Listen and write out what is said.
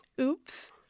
Oops